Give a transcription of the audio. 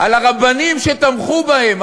על הרבנים שתמכו בהם,